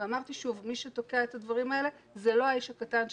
אמרתי, מי שתוקע את הדברים האלה זה לא האיש הקטן.